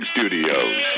Studios